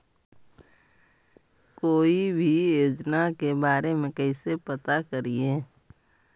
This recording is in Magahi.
कोई भी योजना के बारे में कैसे पता करिए?